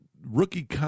rookie